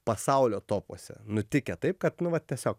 pasaulio topuose nutikę taip kad nu va tiesiog